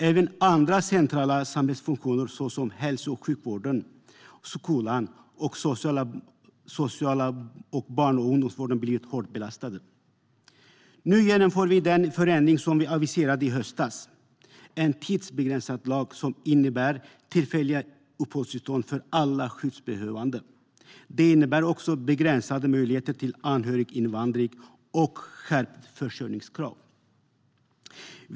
Även andra centrala samhällsfunktioner såsom hälso och sjukvården, skolan, den sociala vården och barn och ungdomsvården har blivit hårt belastade. Nu genomför vi den förändring som vi aviserade i höstas - en tidsbegränsad lag som innebär tillfälliga uppehållstillstånd för alla skyddsbehövande. Den innebär också begränsade möjligheter till anhöriginvandring och ett skärpt försörjningskrav.